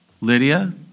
Lydia